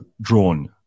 drawn